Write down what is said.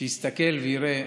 שיסתכל ויראה